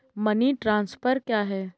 Money transfer क्या है?